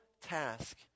task